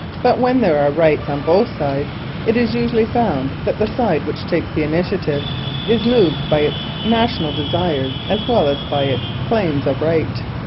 but, when there are rights on both sides it is usually found that the side which takes the initiative is moved by its national desires as well as by its claims of right.